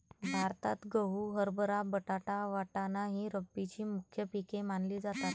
भारतात गहू, हरभरा, बटाटा, वाटाणा ही रब्बीची मुख्य पिके मानली जातात